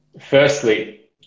Firstly